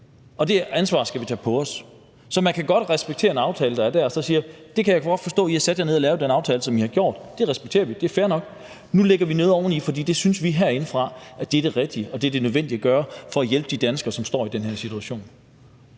og det ansvar skal vi tage på os. Så man kan godt respektere en aftale, der er der, og sige: Det kan jeg godt forstå, altså at I har sat jer ned og lavet den aftale, som I har gjort. Det respekterer vi, det er fair nok. Nu lægger vi noget oveni, for det synes vi herindefra er det rigtige og det nødvendige at gøre for at hjælpe de danskere, som står i den her situation.